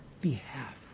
behalf